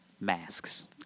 masks